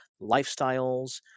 lifestyles